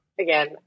Again